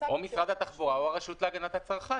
או משרד התחבורה, או הרשות להגנת הצרכן.